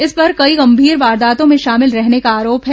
इस पर कई गंभीर वारदातों में शामिल रहने का आरोप है